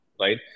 right